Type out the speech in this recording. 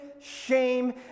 shame